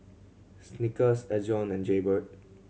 Snickers Ezion and Jaybird